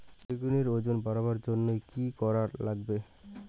বেগুনের ওজন বাড়াবার জইন্যে কি কি করা লাগবে?